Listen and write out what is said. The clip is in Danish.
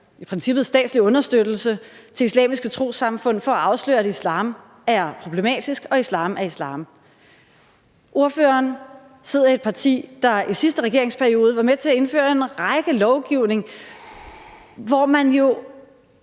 i princippet giver statslig understøttelse til islamiske trossamfund for at afsløre, at islam er problematisk, og at islam er islam. Ordføreren sidder i et parti, der i sidste regeringsperiode var med til at indføre en række love, hvor man jo